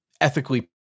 ethically